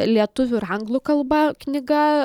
lietuvių ir anglų kalba knyga